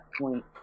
point